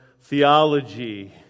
theology